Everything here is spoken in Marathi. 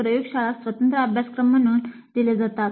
प्रयोगशाळेचा कोर्स स्वतंत्र कोर्स म्हणून दिला जातो